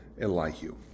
Elihu